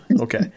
Okay